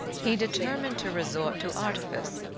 he determined to resort to artifice.